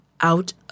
out